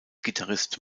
gitarrist